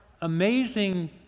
amazing